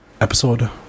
Episode